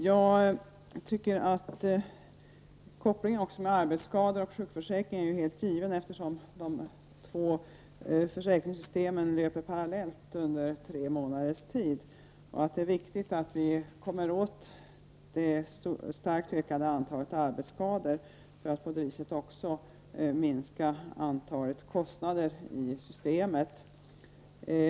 Jag tycker att kopplingen mellan arbetsskador och sjukförsäkring är helt given, eftersom de två försäkringssystemen löper parallellt under tre månaders tid. Det är viktigt att vi kommer åt det starkt ökade antalet arbetsskador för att på det viset också minska kostnaderna i systemet.